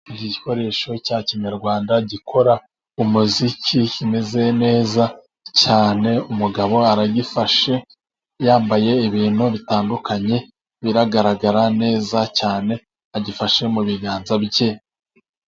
Iki gikoresho cya kinyarwanda gikora umuziki kimeze neza cyane, umugabo aragifashe yambaye ibintu bitandukanye biragaragara neza cyane, agifashe mu biganza bye.